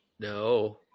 No